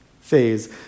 phase